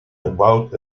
about